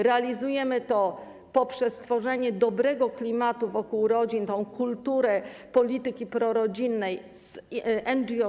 Realizujemy to poprzez tworzenie dobrego klimatu wokół rodzin, poprzez kulturę polityki prorodzinnej z NGO.